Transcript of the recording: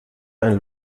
ein